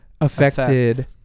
affected